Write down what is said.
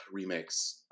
remix